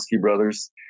brothers